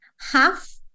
half